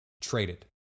traded